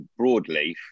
broadleaf